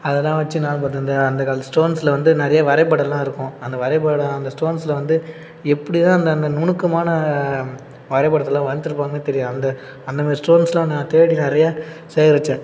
அதெல்லாம் வைச்சு நான் பட் அந்த அந்த காலத்து ஸ்டோன்ஸில் வந்து நிறைய வரைபடம்லாம் இருக்கும் அந்த வரைபடம் அந்த ஸ்டோன்ஸில் வந்து எப்படிதான் அந்த அந்த நுணுக்கமான வரைபடத்தில் வரைஞ்சிப்பாங்கனே தெரியாது அந்த அந்த மாரி ஸ்டோன்ஸெலாம் நான் தேடி நிறையா சேகரித்தேன்